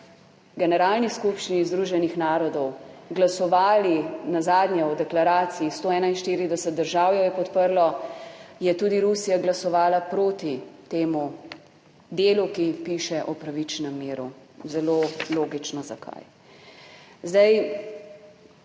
Generalni skupščini Združenih narodov glasovali nazadnje o deklaraciji, 141 držav jo je podprlo, je tudi Rusija glasovala proti temu delu, ki piše o pravičnem miru - zelo logično zakaj. Zdaj,